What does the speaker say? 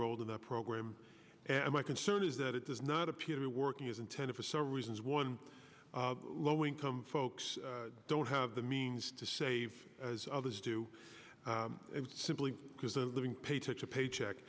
rolled in the program and my concern is that it does not appear to be working as intended for some reasons one low income folks don't have the means to save as others do simply because a living paycheck to paycheck